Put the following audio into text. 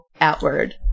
outward